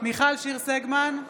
מיכל שיר סגמן,